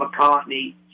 McCartney